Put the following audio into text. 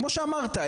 כמו שאמרת,